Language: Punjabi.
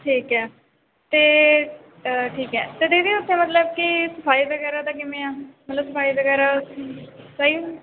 ਠੀਕ ਹੈ ਅਤੇ ਠੀਕ ਹੈ ਅਤੇ ਦੀਦੀ ਉਥੇ ਮਤਲਬ ਕਿ ਸਫਾਈ ਵਗੈਰਾ ਦਾ ਕਿਵੇਂ ਆ ਮਤਲਬ ਸਫਾਈ ਵਗੈਰਾ ਸਹੀ